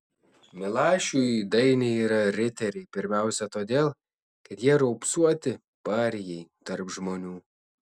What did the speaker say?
milašiui dainiai yra riteriai pirmiausia todėl kad jie raupsuoti parijai tarp žmonių